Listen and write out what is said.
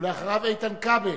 ואחריו איתן כבל.